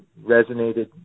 resonated